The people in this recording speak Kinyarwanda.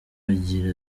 agira